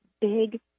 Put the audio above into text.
big